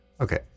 okay